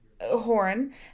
horn